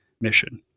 mission